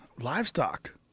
Livestock